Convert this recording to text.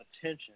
attention